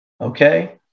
Okay